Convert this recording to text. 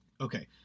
Okay